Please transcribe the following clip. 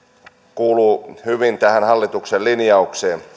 kuuluu hyvin tähän hallituksen linjaukseen